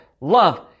love